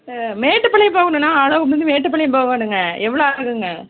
ஆ மேட்டுப்பாளையம் போகோணுண்ணா ஆலா ஊர்லிருந்து மேட்டுப்பாளையம் போகோணுங்க எவ்வளோ ஆகுங்க